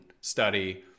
study